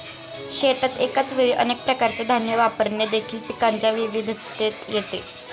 शेतात एकाच वेळी अनेक प्रकारचे धान्य वापरणे देखील पिकांच्या विविधतेत येते